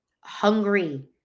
hungry